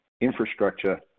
infrastructure